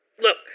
look